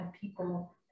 people